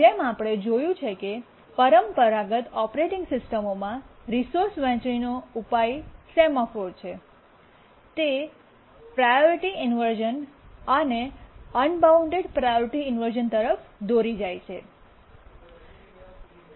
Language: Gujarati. જેમ આપણે જોયું છે કે પરંપરાગત ઓપરેટિંગ સિસ્ટમોમાં રિસોર્સ વહેંચણીનો ઉપાય જે સેમાફોર છે તે પ્રાયોરિટી ઇન્વર્શ઼ન અને અને અનબાઉન્ડ પ્રાયોરિટી ઇન્વર્શ઼ન તરફ દોરી જાય છે